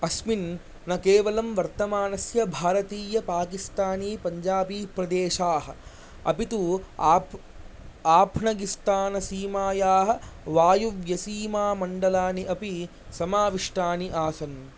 अस्मिन् न केवलं वर्तमानस्य भारतीयपाकिस्तानीपञ्जाबीप्रदेशाः अपि तु आप् आफ्घानिस्तानसीमायाः वायव्यसीमामण्डलानि अपि समाविष्टानि आसन्